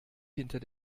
hinter